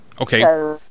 Okay